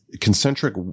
Concentric